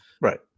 right